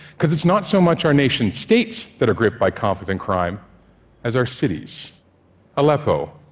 because it's not so much our nation states that are gripped by conflict and crime as our cities aleppo,